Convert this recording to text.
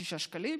156 שקלים.